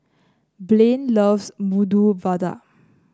Blaine loves Medu Vada